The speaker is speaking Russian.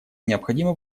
необходимо